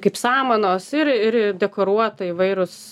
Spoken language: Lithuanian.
kaip samanos ir ir dekoruota įvairūs